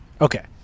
okay